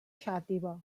xàtiva